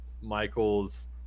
Michael's